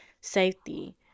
safety